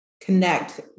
connect